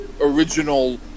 original